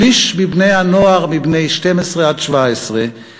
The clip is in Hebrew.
שליש מבני-הנוער, מבני 12 עד 17 בישראל,